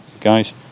guys